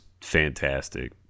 fantastic